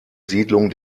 siedlung